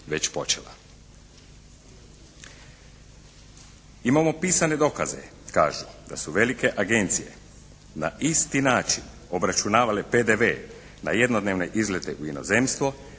već počela. Imamo pisane dokaze, kažu da su velike agencije na isti način obračunavale PDV na jednodnevne izlete u inozemstvo.